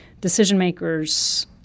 decision-makers